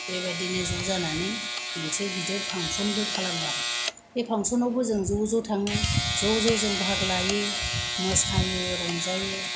बेबायदिनो ज' जानानै मोनसे गिदिर फांक्सनबो खालामो आरो बे फांक्सनावबो ज' ज' थाङो ज' ज' जों बाहागो लायो मोसायो रंजायो आरोना